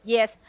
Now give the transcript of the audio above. Yes